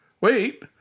Wait